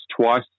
twice